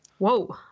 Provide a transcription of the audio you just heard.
Whoa